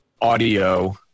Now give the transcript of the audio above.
audio